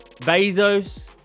Bezos